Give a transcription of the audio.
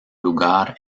lugar